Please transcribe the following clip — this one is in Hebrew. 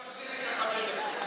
אני מרשה לך חמש דקות.